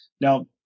Now